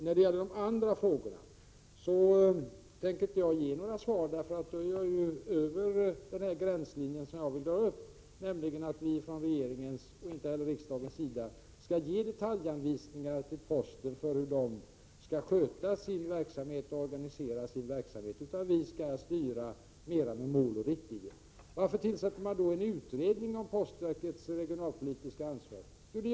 På de andra frågorna tänker jag inte ge några svar, eftersom jag då skulle gå över den gränslinje som jag vill dra upp, nämligen att varken regeringen eller riksdagen skall ge detaljanvisningar för hur posten skall organisera och sköta sin verksamhet. Vi skall i stället styra mera med mål och riktlinjer. 93 Varför tillsätter man då en utredning om postverkets regionalpolitiska ansvar?